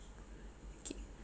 K